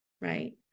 right